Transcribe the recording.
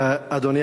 אדוני